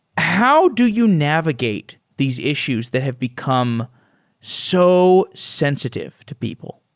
how do you navigate these issues that have become so sensitive to people?